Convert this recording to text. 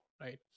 right